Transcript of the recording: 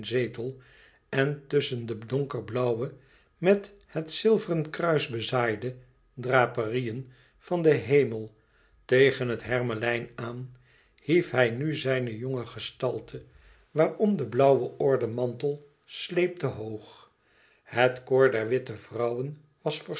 en tusschen de donkerblauwe met het zilveren kruis bezaaide draperieën van den hemel tegen het hermelijn aan hief hij nu zijne jonge gestalte waarom de blauwe ordemantel sleepte hoog het koor der witte vrouwen was